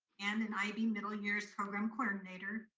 and an ib middle years program coordinator,